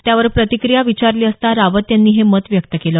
त्यावर प्रतिक्रिया विचारली असता रावत यांनी हे मत व्यक्त केलं